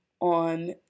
on